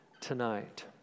tonight